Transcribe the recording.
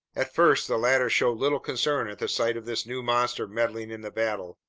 at first the latter showed little concern at the sight of this new monster meddling in the battle.